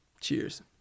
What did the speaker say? Cheers